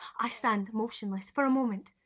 i stand motionless for a moment,